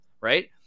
right